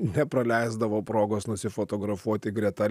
nepraleisdavo progos nusifotografuoti greta